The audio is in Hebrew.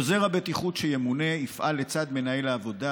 עוזר הבטיחות שימונה יפעל לצד מנהל העבודה